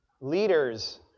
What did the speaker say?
Leaders